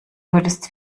würdest